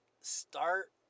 start